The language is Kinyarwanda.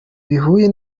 bihuye